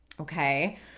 okay